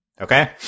Okay